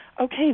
okay